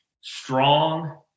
strong